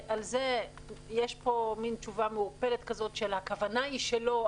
ועל זה יש פה מעין תשובה מעורפלת כזאת של: הכוונה היא שלא,